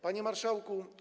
Panie Marszałku!